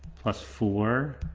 plus four,